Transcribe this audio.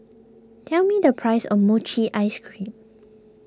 tell me the price of Mochi Ice Cream